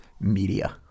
media